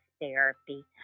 therapy